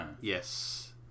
Yes